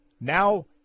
Now